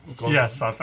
yes